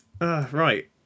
Right